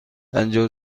پجاه